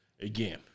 Again